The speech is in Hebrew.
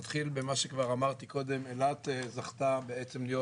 נתחיל במה שכבר אמרתי קודם, אילת זכתה להיות,